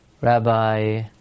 Rabbi